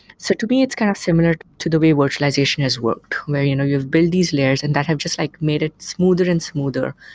so to me it's kind of similar to the virtualization has worked, where you know you'll build these layers and that have just like made it smoother and smoother,